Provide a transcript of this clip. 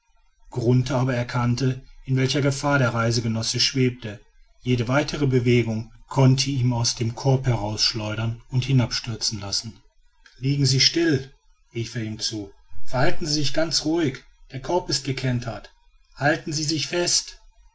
aber erkannte in welcher gefahr der reisegenosse schwebte jede weitere bewegung konnte ihn aus dem korbe herausschleudern und hinabstürzen lassen liegen sie still rief er ihm zu verhalten sie sich ganz ruhig der korb ist gekentert halten sie sich fest